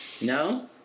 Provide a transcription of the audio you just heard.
No